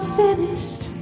finished